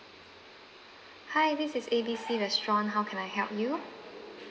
hi this is A B C restaurant how can I help you